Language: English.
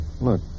Look